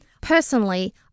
Personally